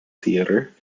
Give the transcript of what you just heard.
theatre